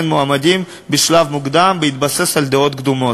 מועמדים בשלב מוקדם בהתבסס על דעות קדומות.